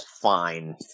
fine